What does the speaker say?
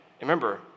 Remember